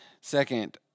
Second